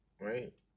right